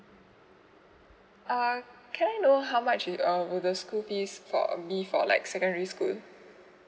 err can I know how much if uh would the school fees for uh be for like secondary school